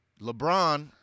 LeBron